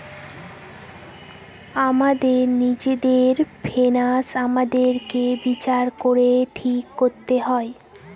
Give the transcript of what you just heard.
আমাদের নিজের ফিন্যান্স আমাদেরকে বিচার করে ঠিক করতে হয়